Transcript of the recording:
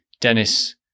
Dennis